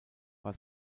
war